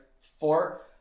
four